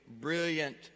brilliant